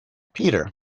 peter